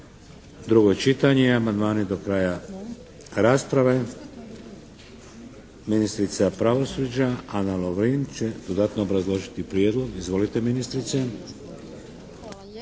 Drugo čitanje je. Amandmani do kraja rasprave. Ministrica pravosuđa, Ana Lovrin, će dodatno obrazložiti prijedlog. Izvolite ministrice.